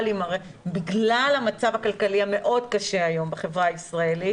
בגלל המצב הכלכלי המאוד קשה היום בחברה הישראלית,